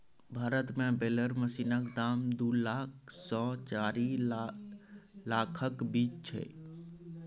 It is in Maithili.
भारत मे बेलर मशीनक दाम दु लाख सँ चारि लाखक बीच छै